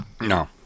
No